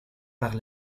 par